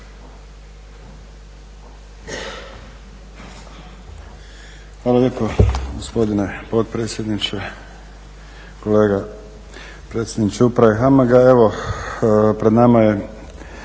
Hvala lijepo gospodine potpredsjedniče, kolega predsjedniče Uprave HAMAG-a.